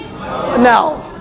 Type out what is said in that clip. No